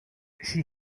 she